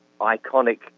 iconic